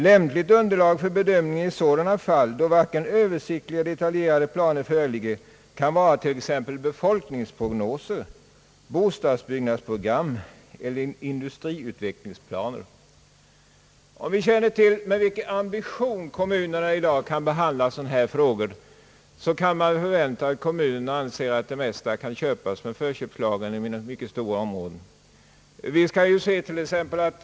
Lämpligt underlag för bedömningen i sådana fall då varken översiktliga eller detaljerade planer föreligger kan vara t.ex. befolkningsprognoser, bostadsbyggnadsprogram eller industriutvecklingsplaner.» När vi känner till med vilken ambi tion kommunerna i dag kan behandla sådana här frågor, kan vi förvänta oss att kommunerna anser att det mesta inom mycket stora områden kan köpas med hjälp av förköpslagen.